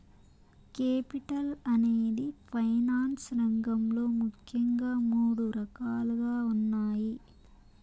capital అనేది finance రంగంలో ముఖ్యంగా మూడు రకాలుగా ఉన్నాయి